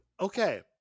Okay